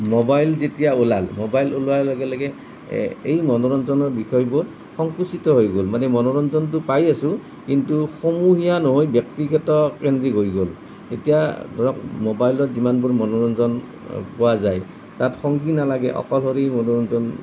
mobile যেতিয়া ওলাল mobile ওলোৱাৰ লগে লগে এই মনোৰঞ্জনৰ বিষয়বোৰ সংকুচিত হৈ গ'ল মানে মনোৰঞ্জনটো পাই আছোঁ কিন্তু সমূহীয়া নহৈ ব্যক্তিগতকেন্দ্ৰিক হৈ গ'ল এতিয়া ধৰক ম'বাইলত যিমানবোৰ মনোৰঞ্জন পোৱা যায় তাত সংগী নালাগে অকলশৰেই মনোৰঞ্জন